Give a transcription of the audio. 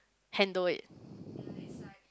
handle it